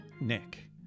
nick